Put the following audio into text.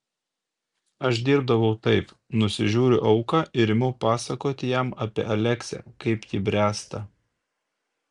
aš dirbdavau taip nusižiūriu auką ir imu pasakoti jam apie aleksę kaip ji bręsta